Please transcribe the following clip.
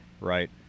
right